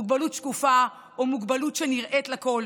מוגבלות שקופה או מוגבלות שנראית לכול,